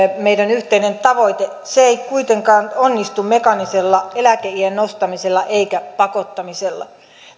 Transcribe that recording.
meidän yhteinen tavoite se ei kuitenkaan onnistu mekaanisella eläkeiän nostamisella eikä pakottamisella